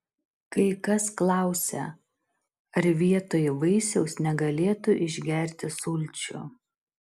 kai kas klausia ar vietoj vaisiaus negalėtų išgerti sulčių